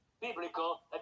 biblical